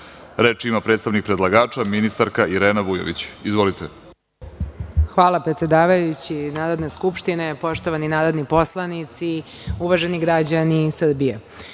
ima predstavnik predlagača, ministarka Irena Vujović. Izvolite. **Irena Vujović** Hvala, predsedavajući Narodne skupštine. Poštovani narodni poslanici, uvaženi građani Srbije,